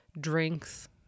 drinks